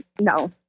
no